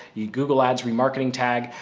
your google ads, remarketing tag.